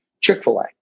chick-fil-a